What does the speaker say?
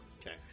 okay